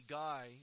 guy